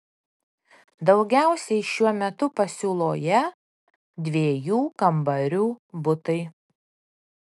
daugiausiai šiuo metu pasiūloje dviejų kambarių butai